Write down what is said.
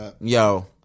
yo